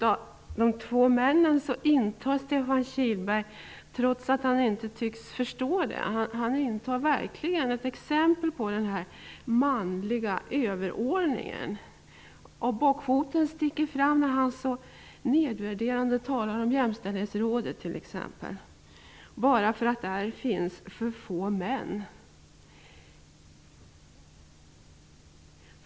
Av de två tidigare talarna utgör Stefan Kihlberg, trots att han inte tycks förstå det, verkligen ett exempel på den manliga överordningen. Bockfoten sticker fram, när han så nedvärderande talar om t.ex. Jämställdhetsrådet, bara därför att där finns så få män.